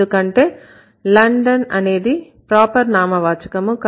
ఎందుకంటే London అనేది proper నామవాచకము